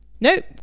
Nope